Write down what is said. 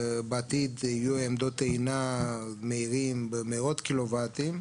בעתיד יהיו עמדות טעינה מהירות במאות קילו וואטים,